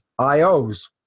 IOs